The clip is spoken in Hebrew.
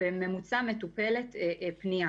בממוצע מטופלת פנייה.